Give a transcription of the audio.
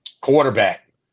quarterback